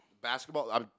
Basketball